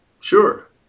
Sure